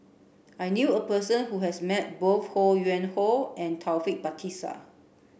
I knew a person who has met both Ho Yuen Hoe and Taufik Batisah